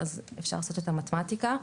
אפשר לעשות את המתמטיקה.